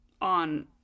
on